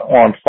on